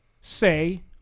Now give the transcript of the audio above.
Say